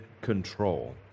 control